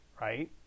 right